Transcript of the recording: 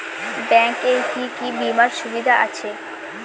Bank এ কি কী বীমার সুবিধা আছে?